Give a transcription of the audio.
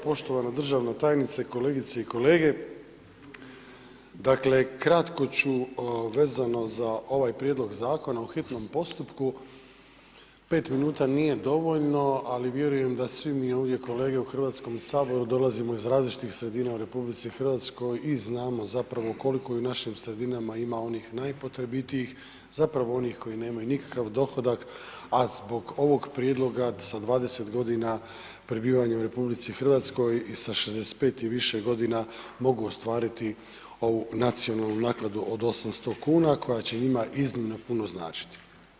Poštovana državna tajnice, kolegice i kolege dakle kratko ću vezano za ovaj prijedlog zakona u hitnom postupku, 5 minuta nije dovoljno ali vjerujem da svi mi ovdje kolege u Hrvatskom saboru dolazimo iz različitih sredina u RH i znamo koliko u našim sredinama ima onih najpotrebitijih, zapravo onih koji nemaju nikakav dohodak, a zbog ovog prijedloga sa 20 godina prebivanja u RH i sa 65 i više godina mogu ostvariti ovu nacionalnu naknadu od 800 kuna koja će njima iznimno puno značiti.